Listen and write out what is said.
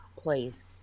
please